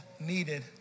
needed